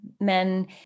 men